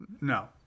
No